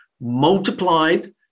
multiplied